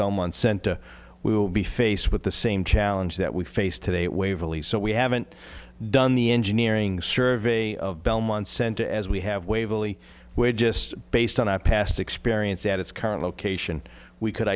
belmont center we will be faced with the same challenge that we face today waverly so we haven't done the engineering survey of belmont center as we have waverly we're just based on our past experience at its current